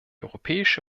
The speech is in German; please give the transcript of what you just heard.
europäische